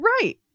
Right